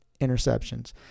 interceptions